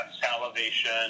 salivation